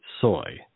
soy